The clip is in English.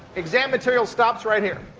exam material stops right here.